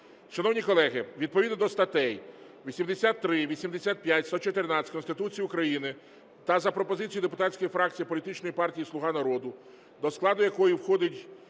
Шановні колеги, відповідно до статей 83, 85, 114 Конституції України та за пропозицією депутатської фракції політичної партії "Слуга народу", до складу якої входить